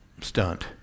stunt